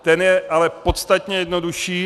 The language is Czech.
Ten je ale podstatně jednodušší.